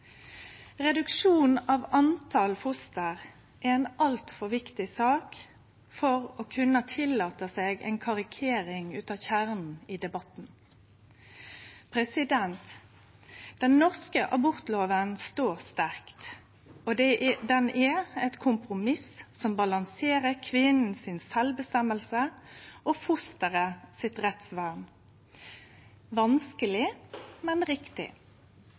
Reduksjon i talet på foster er ei altfor viktig sak for å kunne tillate seg ei karikering av kjernen i debatten. Den norske abortlova står sterkt, og ho er eit kompromiss som balanserer kvinna sin rett til eiga avgjerd og fosteret sitt rettsvern – vanskeleg, men riktig.